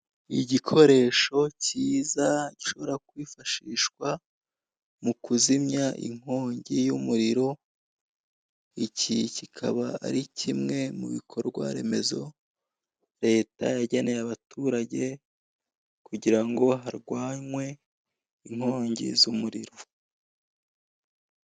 Igikoresho kiza gishobora kwifashishwa mu kuzimya inkongi y'umuriro, iki kikaba ari kimwe mu bikorwa remezo leta yageneye abaturage kugira ngo harwanywe inkongi z'umuriro.